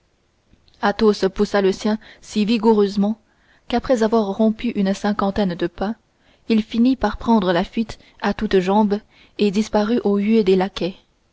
carrosse aramis poussa le sien si vigoureusement qu'après avoir rompu une cinquantaine de pas il finit par prendre la fuite à toutes jambes et disparut aux huées des